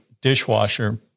dishwasher